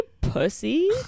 pussy